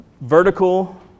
vertical